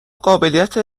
قابلیت